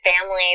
family